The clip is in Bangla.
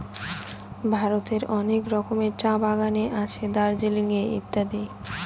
ভারতের অনেক রকমের চা বাগানে আছে দার্জিলিং এ ইত্যাদি